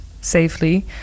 safely